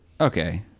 Okay